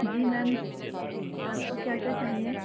جی ma'am آپ کو کیا کیا چاہیے